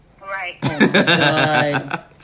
right